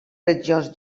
regions